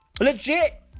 Legit